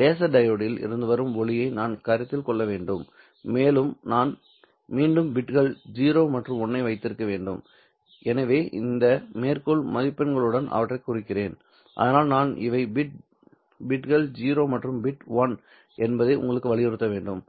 laser டையோடில் இருந்து வரும் ஒளியை நான் கருத்தில் கொள்ள வேண்டும் மேலும் நான் மீண்டும் பிட்கள் 0 மற்றும் 1 ஐ வைத்திருக்க வேண்டும் எனவே இந்த மேற்கோள் மதிப்பெண்களுடன் அவற்றைக் குறிக்கிறேன் அதனால் நான் இவை பிட்கள் 0 மற்றும் பிட் 1 என்பதை உங்களுக்கு வலியுறுத்த வேண்டும்